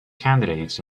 candidates